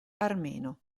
armeno